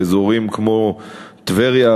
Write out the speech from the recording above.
באזורים כמו טבריה,